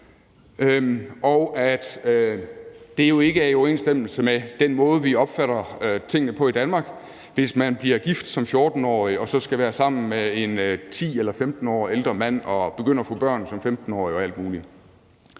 det jo ikke er i overensstemmelse med den måde, vi opfatter tingene på i Danmark, hvis man bliver gift som 14-årig og så skal være sammen med en 10 eller 15 år ældre mand og begynder at få børn som 15-årig og alt muligt.